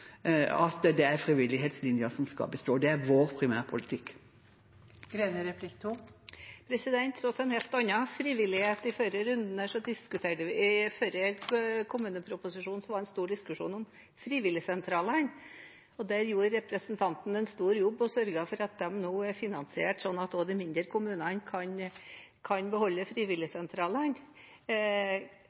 at det er frivillighetslinjen som skal bestå. Det er vår primærpolitikk. Så til en helt annen frivillighet: I forbindelse med den forrige kommuneproposisjonen var det en stor diskusjon om frivilligsentralene. Der gjorde representanten en stor jobb og sørget for at de nå er finansiert, sånn at også de mindre kommunene kan beholde frivilligsentralene.